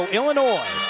Illinois